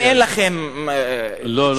אם אין לכם תשובה.